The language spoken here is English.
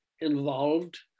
involved